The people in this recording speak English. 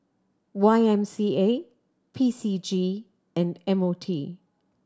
Y M C A P C G and M O T